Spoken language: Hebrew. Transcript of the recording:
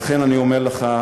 לכן אני אומר לך,